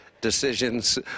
decisions